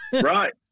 Right